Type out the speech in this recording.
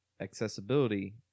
accessibility